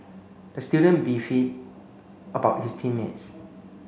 the student about his team mates